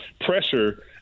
pressure